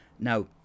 Now